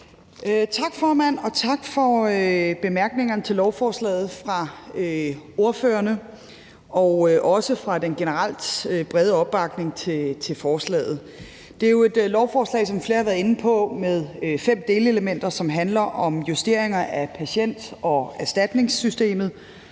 tak til ordførerne for bemærkningerne til lovforslaget og også for den generelt brede opbakning til forslaget. Som flere har været inde på, er det jo et lovforslag med fem delelementer, som handler om justeringer af patient- og erstatningssystemet,